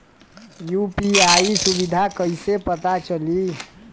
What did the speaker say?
UPI सुबिधा कइसे पता चली?